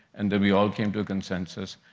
and then we all came to a consensus.